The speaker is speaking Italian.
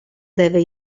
deve